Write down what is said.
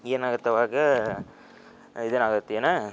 ಏನಾಗುತ್ತೆ ಆವಾಗಾ ಇದು ಆಗುತ್ತೆ ಏನೋ